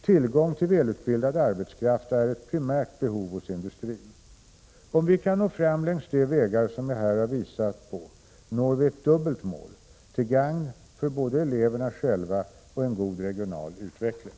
Tillgång till välutbildad arbetskraft är ett primärt behov hos industrin. Om vi kan nå fram längs de vägar som jag här har visat på, når vi ett dubbelt mål — till gagn för både eleverna själva och en god regional utveckling.